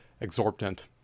exorbitant